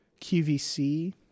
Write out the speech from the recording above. QVC